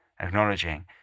acknowledging